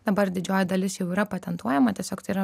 dabar didžioji dalis jau yra patentuojama tiesiog tai yra